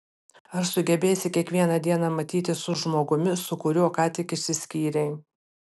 ar sugebėsi kiekvieną dieną matytis su žmogumi su kuriuo ką tik išsiskyrei